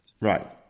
Right